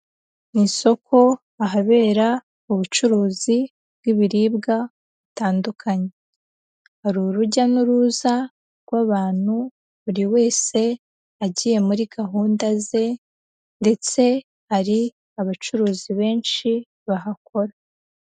Mu isoko ahabera ubucuruzi bw'ibiribwa bitandukanye, hari urujya n'uruza rw'abantu buri wese agiye muri gahunda ze ndetse hari abacuruzi benshi bahakora.